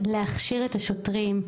להכשיר את השוטרים,